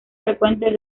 frecuente